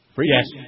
Yes